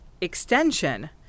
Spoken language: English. extension